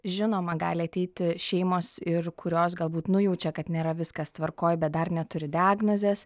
žinoma gali ateiti šeimos ir kurios galbūt nujaučia kad nėra viskas tvarkoj bet dar neturi diagnozės